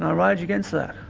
ah rage against that.